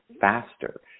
faster